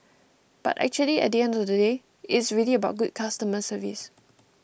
but actually at the end of the day it's really about good customer service